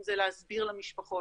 אם זה להסביר למשפחות,